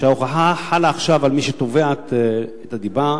שההוכחה לא חלה עכשיו על מי שתובע את תביעת הדיבה.